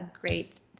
great